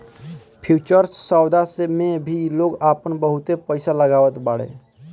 futures सौदा मे भी लोग आपन बहुते पईसा लगावत बाटे